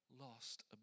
Lost